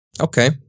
okay